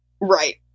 Right